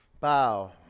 bow